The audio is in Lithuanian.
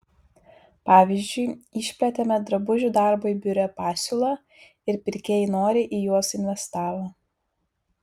pavyzdžiui išplėtėme drabužių darbui biure pasiūlą ir pirkėjai noriai į juos investavo